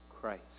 Christ